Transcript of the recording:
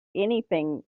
anything